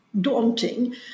daunting